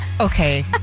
Okay